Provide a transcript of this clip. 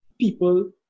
people